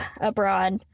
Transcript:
abroad